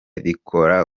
rikora